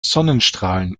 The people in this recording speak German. sonnenstrahlen